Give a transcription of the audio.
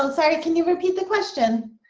so sorry can you repeat the question.